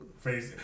face